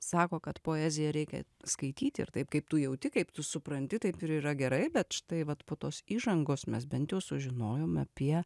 sako kad poeziją reikia skaityti ir taip kaip tu jauti kaip tu supranti taip ir yra gerai bet štai vat po tos įžangos mes bent jau sužinojome apie